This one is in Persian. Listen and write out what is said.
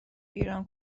ایران